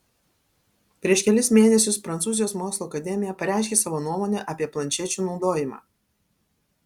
prieš kelis mėnesius prancūzijos mokslų akademija pareiškė savo nuomonę apie planšečių naudojimą